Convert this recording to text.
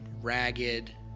ragged